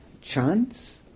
chance